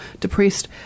depressed